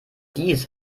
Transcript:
dies